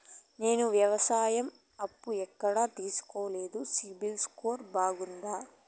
నేను వ్యవసాయం అప్పు ఎక్కడ తీసుకోలేదు, సిబిల్ స్కోరు బాగుందా?